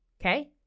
okay